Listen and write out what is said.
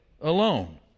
alone